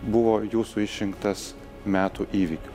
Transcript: buvo jūsų išrinktas metų įvykiu